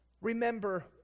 remember